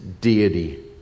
deity